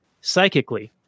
psychically